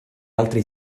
altre